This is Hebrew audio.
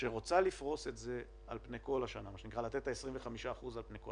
שרוצה לפרוס את זה על פני כל השנה כלומר לתת 25% על פני כל